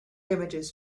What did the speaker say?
images